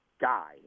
guy